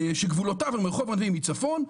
שגבולותיו הם רחוב הנביאים מצפון,